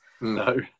No